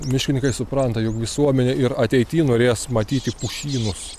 miškininkai supranta jog visuomenė ir ateity norės matyti pušynus